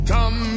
Come